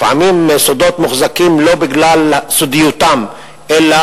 לפעמים סודות מוחזקים לא בגלל סודיותם אלא